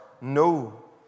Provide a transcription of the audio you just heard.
No